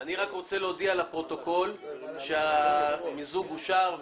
אני רק רוצה להודיע לפרוטוקול שהמיזוג אושר.